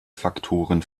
faktoren